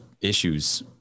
issues